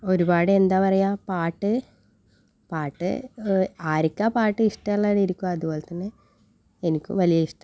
ഒരുപാട് എന്താ പറയുക പാട്ട് പാട്ട് ആർക്കാ പാട്ട് ഇഷ്ടമല്ലാതിരിക്കുക അതുപോലെതന്നെ എനിക്കും വലിയ ഇഷ്ടമാണ്